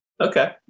Okay